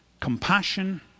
compassion